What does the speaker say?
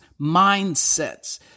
mindsets